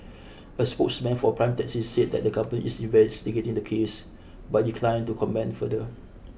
a spokesman for Prime Taxi said that the company is investigating the case but declined to comment further